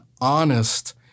honest